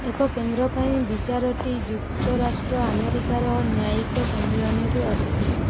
ଏକ କେନ୍ଦ୍ର ପାଇଁ ବିଚାରଟି ଯୁକ୍ତରାଷ୍ଟ୍ର ଆମେରିକାର ନ୍ୟାୟିକ ସମ୍ମିଳନୀରୁ ଆସିଥିଲା